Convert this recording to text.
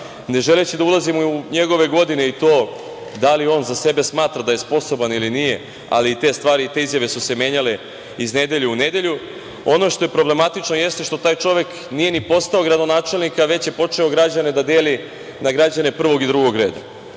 Ne želeći da ulazim u njegove godine i to da li on za sebe smatra da je sposoban ili nije, ali te stvari i te izjave su se menjale iz nedelje u nedelju. Ono što je problematično jeste što taj čovek nije ni postao gradonačelnik, a već je počeo građane da deli na građane prvog i drugo reda. Tako